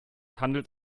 handelt